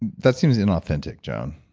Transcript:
and that seems inauthentic joan.